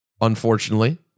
unfortunately